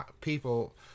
people